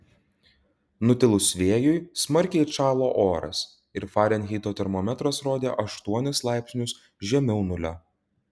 nutilus vėjui smarkiai atšalo oras ir farenheito termometras rodė aštuonis laipsnius žemiau nulio